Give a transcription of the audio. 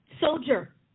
soldier